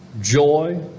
joy